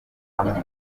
bahuriza